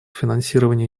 финансирования